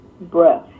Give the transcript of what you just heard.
breath